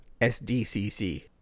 SDCC